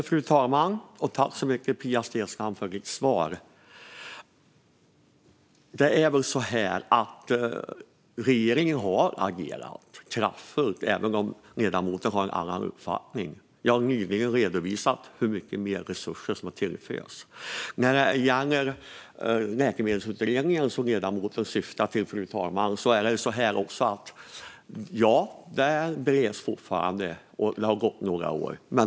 Fru talman! Tack, Pia Steensland, för svaret! Regeringen har agerat kraftfullt, även om ledamoten har en annan uppfattning. Jag redovisade nyss hur mycket mer resurser som har tillförts. I fråga om den läkemedelsutredning som ledamoten syftar på, fru talman, stämmer det att den fortfarande bereds, och det har gått några år.